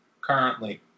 currently